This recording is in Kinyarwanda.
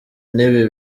n’ibi